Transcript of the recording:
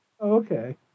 okay